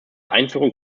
einführung